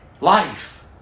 Life